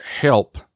help